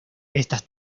estas